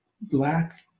Black